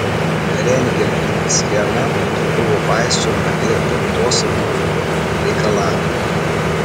rengiant schemą buvo paisoma ir gamtosauginių reikalavimų